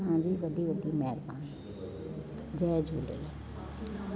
तव्हांजी वॾी वॾी महिरबानी जय झूलेलाल